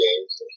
games